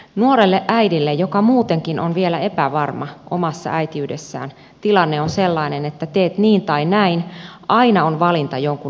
nuorelle äidille joka muutenkin on vielä epävarma omassa äitiydessään tilanne on sellainen että teet niin tai näin aina on valinta jonkun mielestä väärä